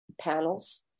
panels